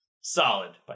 Solid